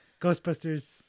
Ghostbusters